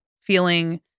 feeling